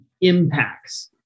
impacts